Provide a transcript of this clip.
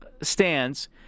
stands